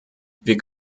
wir